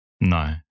No